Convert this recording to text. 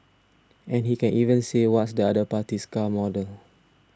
and he can even say what's the other party's car model